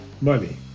money